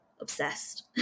obsessed